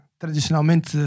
tradicionalmente